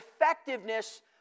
effectiveness